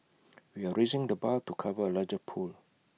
we are raising the bar to cover A larger pool